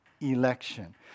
election